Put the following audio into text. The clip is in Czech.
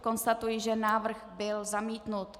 Konstatuji, že návrh byl zamítnut.